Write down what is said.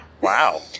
wow